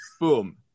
Boom